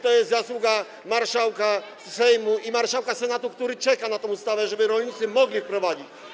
to jest zasługa marszałka Sejmu i marszałka Senatu, który czeka na tę ustawę, żeby rolnicy mogli wprowadzić.